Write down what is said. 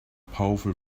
powerful